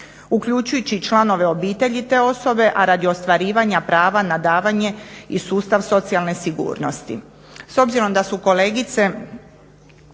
uključujući i članove obitelji te osobe, a radi ostvarivanja prava na davanje i sustav socijalne sigurnosti.